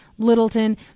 Littleton